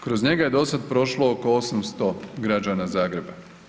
Kroz njega je dosada prošlo oko 800 građana Zagreba.